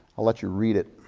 i'll let you read it.